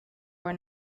were